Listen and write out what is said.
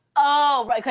oh, right,